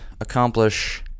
accomplish